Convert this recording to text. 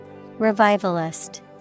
Revivalist